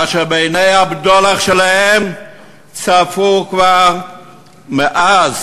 אשר בעיני הבדולח שלהם צפו כבר מאז